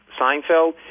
Seinfeld